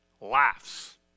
laughs